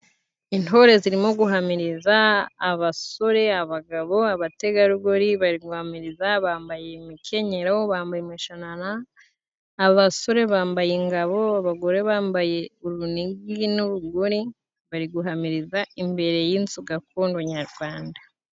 Intore zirimo guhamiriza, abasore abagabo abategarugori bari guhamiriza bambaye imikenyero bambaye imishanana, abasore bambaye ingabo, abagore bambaye urunigi n'urugori, bari guhamiriza imbere y'inzu gakondo nyarwanda.